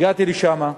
הגעתי לשם,